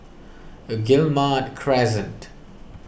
Guillemard Crescent